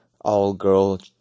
all-girl